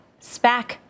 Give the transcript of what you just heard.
spac